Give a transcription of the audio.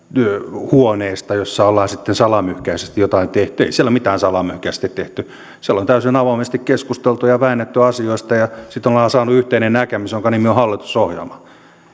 huoneesta missä ollaan sitten salamyhkäisesti jotain tehty ei siellä mitään salamyhkäisesti tehty siellä on täysin avoimesti keskusteltu ja väännetty asioista sitten ollaan saatu yhteinen näkemys jonka nimi on hallitusohjelma